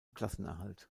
klassenerhalt